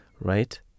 right